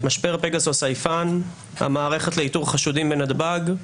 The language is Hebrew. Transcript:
משבר פגסוס/סייפן, המערכת לאיתור חשודים בנתב"ג,